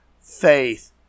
faith